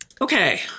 okay